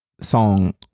song